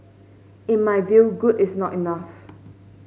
in my view good is not enough